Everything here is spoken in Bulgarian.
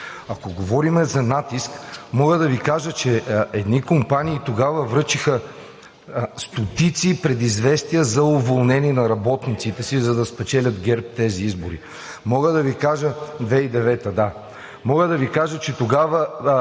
Ако говорим за натиск, мога да Ви кажа, че едни компании тогава връчиха стотици предизвестия за уволнение на работниците си, за да спечелят ГЕРБ тези избори. (Реплики.) 2009 г., да. Мога да Ви кажа, че тогава